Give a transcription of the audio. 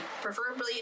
preferably